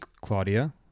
Claudia